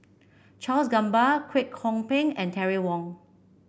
Charles Gamba Kwek Hong Png and Terry Wong